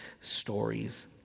stories